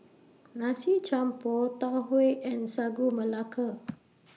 Nasi Campur Tau Huay and Sagu Melaka